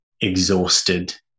exhausted